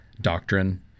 doctrine